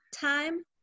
Time